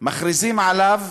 מכריזים עליו